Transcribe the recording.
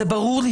זה ברור לי,